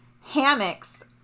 Hammocks